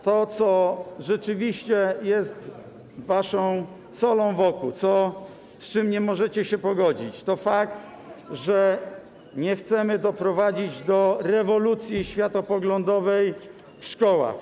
Tym, co rzeczywiście jest wam solą w oku, z czym nie możecie się pogodzić, jest fakt, że nie chcemy doprowadzić do rewolucji światopoglądowej w szkołach.